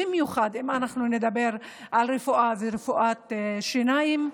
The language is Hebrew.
במיוחד אם נדבר על רפואה ורפואת שיניים.